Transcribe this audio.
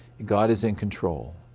god is in control.